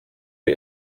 die